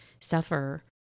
suffer